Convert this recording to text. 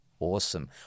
Awesome